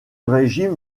régime